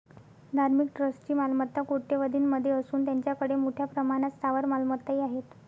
धार्मिक ट्रस्टची मालमत्ता कोट्यवधीं मध्ये असून त्यांच्याकडे मोठ्या प्रमाणात स्थावर मालमत्ताही आहेत